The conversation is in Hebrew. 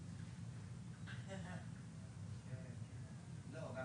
שהממונה --- זה נכון,